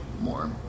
more